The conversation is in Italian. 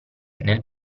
nel